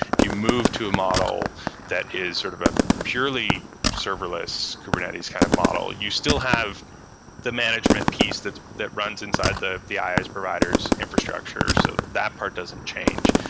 if you move to a model that is sort of a purely serverless kubernetes kind of model, you still have the management piece that that runs inside the the iaas provider s infrastructure. so that part doesn't change.